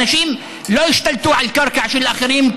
אנשים לא השתלטו על קרקע של אחרים,